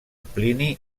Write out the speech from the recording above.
plini